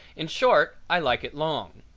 in short, i like it long.